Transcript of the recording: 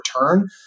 return